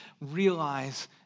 realize